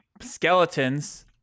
skeletons